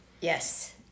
Yes